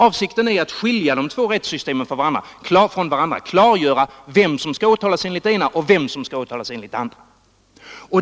Avsikten är att klart skilja de två rättssystemen från varandra och klargöra vem som skall åtalas enligt det ena och vem som skall åtalas enligt det andra.